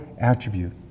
attribute